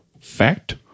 Fact